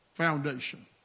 foundation